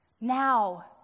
now